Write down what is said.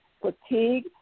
fatigue